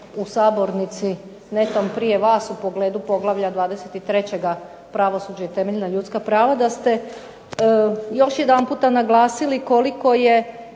u sabornici netom prije vas u pogledu poglavlja 23. Pravosuđe i temeljna ljudska prava, da ste još jedanputa naglasili koliko je